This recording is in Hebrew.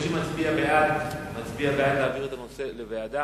מי שמצביע בעד, מצביע בעד העברת הנושא לוועדה.